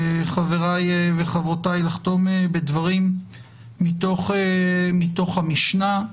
חבריי וחברותיי, לחתום בדברים מתוך המשנה,